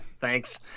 thanks